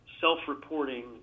self-reporting